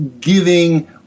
giving